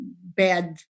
bad